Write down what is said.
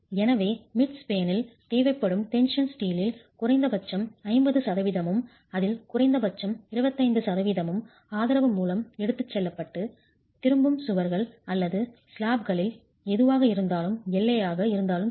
எனவே மிட் ஸ்பேனில் தேவைப்படும் டென்ஷன் ஸ்டீலில் குறைந்தபட்சம் 50 சதவீதமும் அதில் குறைந்தபட்சம் 25 சதவீதமும் ஆதரவு மூலம் எடுத்துச் செல்லப்பட்டு திரும்பும் சுவர்கள் அல்லது ஸ்லாப்களில் எதுவாக இருந்தாலும் எல்லையாக இருந்தாலும் சரி